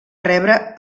rebre